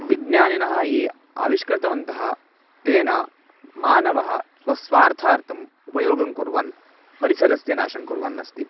विज्ञानिनः ये आविष्कृतवन्तः तेन मानवः स्वस्वार्थार्थम् उपयोगं कुर्वन् परिसरस्य नाशं कुर्वन्नस्ति